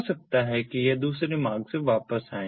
हो सकता है कि यह दूसरे मार्ग से वापस आए